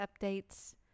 updates